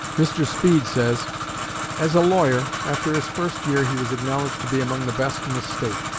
mr. speed says as a lawyer, after his first year he was acknowledged to be among the best in the state.